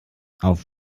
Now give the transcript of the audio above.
auf